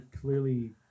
clearly